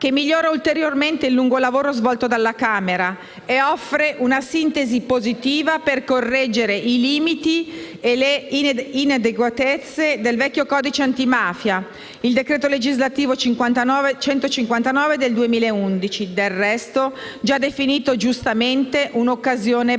che migliora ulteriormente il lungo lavoro svolto dalla Camera e offre una sintesi positiva per correggere i limiti e le inadeguatezze del vecchio codice antimafia, il decreto legislativo n.159 del 2011, del resto già definito giustamente un'occasione perduta.